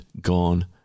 gone